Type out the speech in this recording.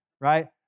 right